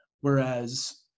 Whereas